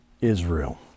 Israel